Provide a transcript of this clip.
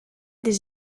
des